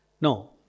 No